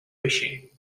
fishing